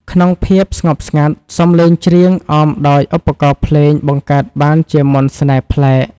ក្នុងភាពស្ងប់ស្ងាត់ សំឡេងច្រៀងអមដោយឧបករណ៍ភ្លេងបង្កើតបានជាមន្តស្នេហ៍ប្លែក។